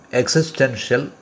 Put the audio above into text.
existential